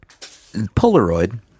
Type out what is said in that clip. Polaroid